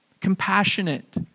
compassionate